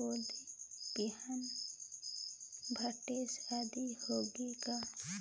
बोदी बिहान भटेस आदि होगे का?